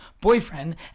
boyfriend